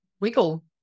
wiggle